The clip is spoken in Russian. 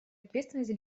ответственность